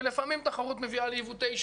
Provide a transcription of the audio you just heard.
ולפעמים תחרות מביאה לעיוותי שוק.